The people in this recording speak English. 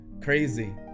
crazy